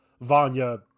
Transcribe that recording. Vanya